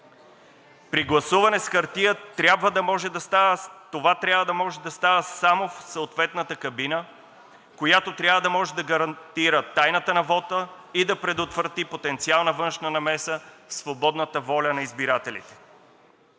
При гласуване с хартия това трябва да може да става само в съответната кабина, която трябва да може да гарантира тайната на вота и да предотврати потенциална външна намеса в свободната воля на избирателите.